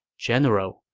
general,